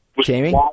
Jamie